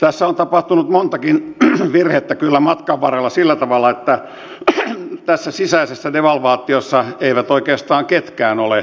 tässä on tapahtunut montakin virhettä kyllä matkan varrella sillä tavalla että tässä sisäisessä devalvaatiossa eivät oikeastaan ketkään ole onnistuneet